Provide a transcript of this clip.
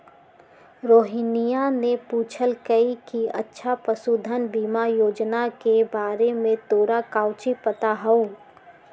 रोहिनीया ने पूछल कई कि अच्छा पशुधन बीमा योजना के बारे में तोरा काउची पता हाउ?